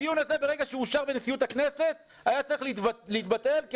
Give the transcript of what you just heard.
הדיון הזה ברגע שאושר בנשיאות הכנסת היה צריך להתבטל כי